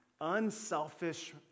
unselfish